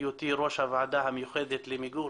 בהיותי ראש הוועדה המיוחדת למיגור